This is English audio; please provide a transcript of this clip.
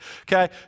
okay